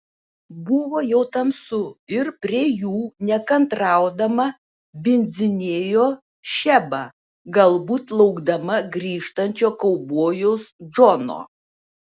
buvo jau tamsu ir prie jų nekantraudama bindzinėjo šeba galbūt laukdama grįžtančio kaubojaus džono